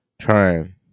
trying